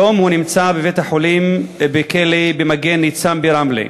נמצא כיום בבית-חולים בכלא "ניצן" ברמלה.